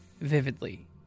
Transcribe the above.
vividly